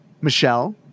Michelle